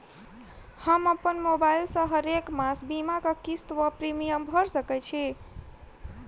हम अप्पन मोबाइल सँ हरेक मास बीमाक किस्त वा प्रिमियम भैर सकैत छी?